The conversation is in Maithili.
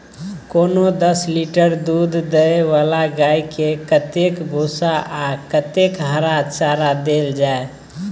कोनो दस लीटर दूध दै वाला गाय के कतेक भूसा आ कतेक हरा चारा देल जाय?